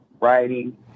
writing